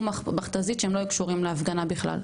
מכת"זית שהם לא היו קשורים להפגנה בכלל.